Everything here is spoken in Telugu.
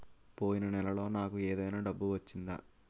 పోయిన నెలలో నాకు ఏదైనా డబ్బు వచ్చిందా?